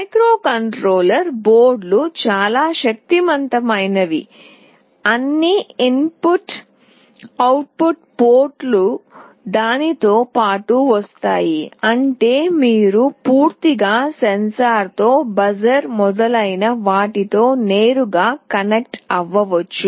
microcontroller బోర్డులు చాలా శక్తివంతమైనవి అన్ని ఇన్పుట్ అవుట్పుట్ పోర్ట్లు దానితో పాటు వస్తాయి అంటే మీరు పూర్తిగా సెన్సార్తో బజర్మొదలైన వాటితో నేరుగా కనెక్ట్ అవ్వవచ్చు